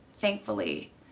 Thankfully